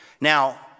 Now